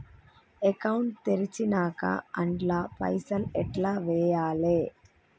Account తెరిచినాక అండ్ల పైసల్ ఎట్ల వేయాలే?